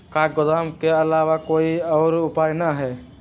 का गोदाम के आलावा कोई और उपाय न ह?